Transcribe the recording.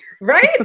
Right